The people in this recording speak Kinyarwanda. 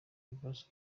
ibibazo